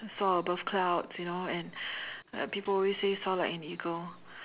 soar above clouds you know and uh people always say soar like an eagle